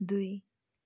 दुई